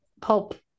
pulp